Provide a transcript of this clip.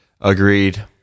Agreed